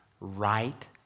right